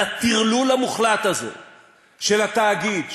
על הטרלול המוחלט הזה של התאגיד,